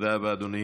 תודה רבה, אדוני.